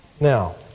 Now